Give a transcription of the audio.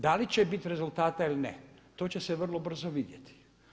Da li će biti rezultata ili ne to će se vrlo brzo vidjeti.